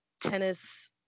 tennis